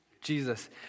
Jesus